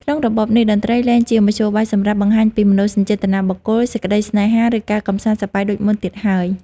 ក្នុងរបបនេះ តន្ត្រីលែងជាមធ្យោបាយសម្រាប់បង្ហាញពីមនោសញ្ចេតនាបុគ្គល សេចក្តីស្នេហា ឬការកម្សាន្តសប្បាយដូចមុនទៀតហើយ។